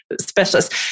specialist